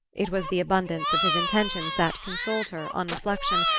it was the abundance of his intentions that consoled her, on reflection,